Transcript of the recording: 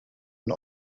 een